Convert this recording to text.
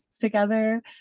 together